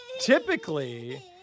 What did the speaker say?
Typically